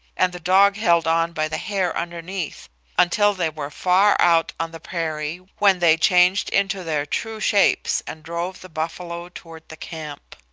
and the dog held on by the hair underneath until they were far out on the prairie, when they changed into their true shapes and drove the buffalo toward the camp.